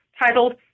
titled